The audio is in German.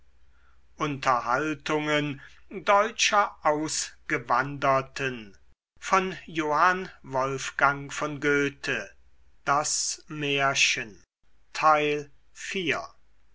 unterhaltungen deutscher ausgewanderten in